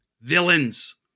Villains